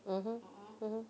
mmhmm mmhmm